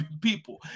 people